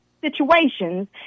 situations